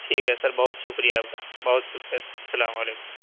ٹھیک ہے سر بہت شُکریہ آپ کا بہت شُکریہ سر السّلام علیکم